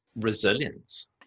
resilience